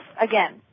again